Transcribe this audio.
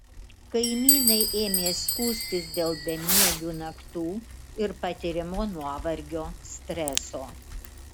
kaimynai ėmė skųstis dėl bemiegių naktų ir patiriamo nuovargio streso